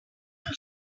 seen